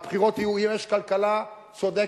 והן יהיו אם יש כלכלה צודקת,